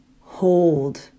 hold